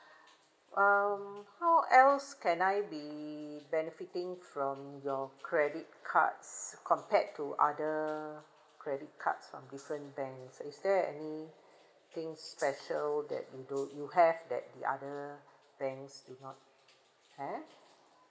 um how else can I be benefiting from your credit cards compared to other credit cards from different banks is there any thing special that you do you have that the other banks did not have